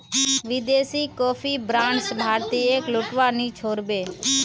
विदेशी coffee brands भारतीयेक लूटवा नी छोड़ बे